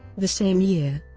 the same year,